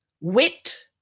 wit